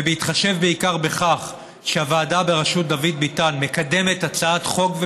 ובהתחשב בעיקר בכך שהוועדה בראשות דוד ביטן מקדמת הצעת חוק,